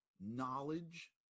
knowledge